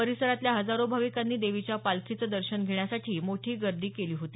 परिसरातल्या हजारो भाविकांनी देवीच्या पालखीचं दर्शन घेण्यासाठी मोठी गर्दी केली होती